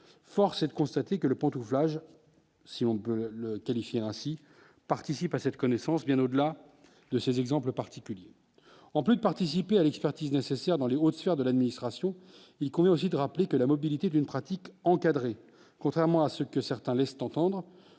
force est de constater que le pantouflage, si on peut le qualifier ainsi participent à cette connaissance, bien au-delà de ces exemples particuliers en plus de participer à l'expertise nécessaire dans les faire de l'administration, il convient aussi de rappeler que la mobilité d'une pratique encadrée : contrairement à ce que certains laissent entendre,